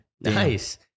Nice